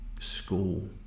school